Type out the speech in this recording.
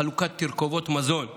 חלוקת תרכובות מזון לתינוקות,